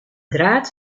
draad